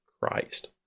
Christ